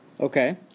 Okay